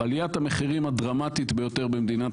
עליית המחירים הדרמטית ביותר במדינת